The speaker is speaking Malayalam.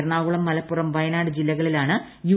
എറണാകുളം മലപ്പുറം വയനാട് ജില്ലകളിലാണ് യു